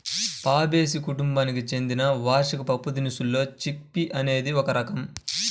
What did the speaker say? Fabaceae కుటుంబానికి చెందిన వార్షిక పప్పుదినుసుల్లో చిక్ పీ అనేది ఒక రకం